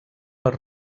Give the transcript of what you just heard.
les